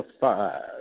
five